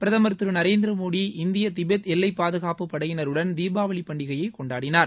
பிரதமர் திரு நரேந்திர மோடி இந்திய திபெத் எல்லை பாதுகாப்புப் படையினருடன் தீபாவளி பண்டிகையை கொண்டாடினார்